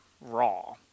raw